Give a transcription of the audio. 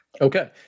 Okay